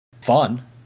fun